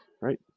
Right